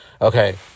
Okay